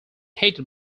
hated